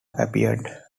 appeared